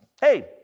hey